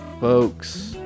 folks